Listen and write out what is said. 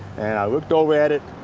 looked over at it.